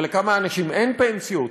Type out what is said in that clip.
אבל לכמה אנשים אין פנסיות?